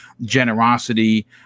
generosity